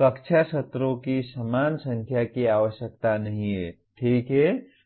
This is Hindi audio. कक्षा सत्रों की समान संख्या की आवश्यकता नहीं है ठीक है